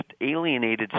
alienated